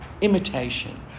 imitation